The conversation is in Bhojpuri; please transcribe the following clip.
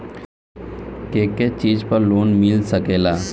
के के चीज पर लोन मिल सकेला?